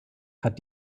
hat